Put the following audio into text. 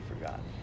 forgotten